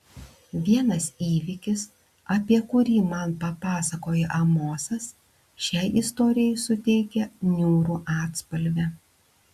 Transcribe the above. vienas įvykis apie kurį man papasakojo amosas šiai istorijai suteikia niūrų atspalvį